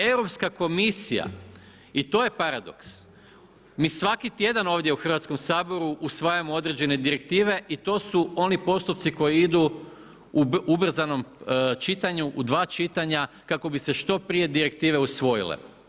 Europska komisija i to je paradoks, mi svaki tjedan ovdje u Hrvatskom saboru, usvajamo određene direktivne i to su oni postupci koji idu ubrzanom čitanju, u 2 čitanja, kako bi se što prije direktivne usvojile.